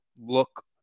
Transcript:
look